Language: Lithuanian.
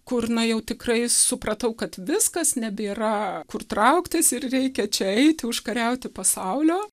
kur na jau tikrai supratau kad viskas nebėra kur trauktis ir reikia čia eiti užkariauti pasaulio